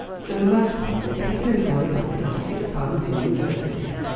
for the most part, they're people employed by philosophy departments in universities,